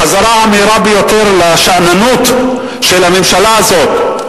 החזרה המהירה ביותר לשאננות של הממשלה הזאת,